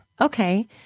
okay